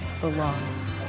belongs